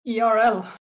ERL